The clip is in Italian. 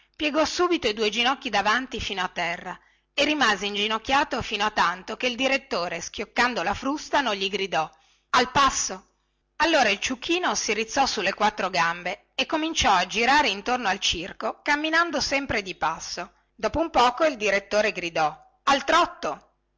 piegò subito i due ginocchi davanti fino a terra e rimase inginocchiato fino a tanto che il direttore schioccando la frusta non gli gridò al passo allora il ciuchino si rizzò sulle quattro gambe e cominciò a girare intorno al circo camminando sempre di passo dopo un poco il direttore grido al trotto